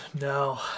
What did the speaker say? No